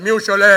על מי הוא שולט?